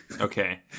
Okay